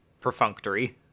perfunctory